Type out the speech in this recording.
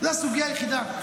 הסוגיה היחידה.